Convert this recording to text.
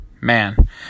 man